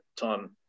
time